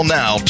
now